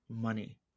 money